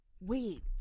Wait